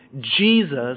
Jesus